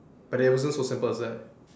but it was also so simple is that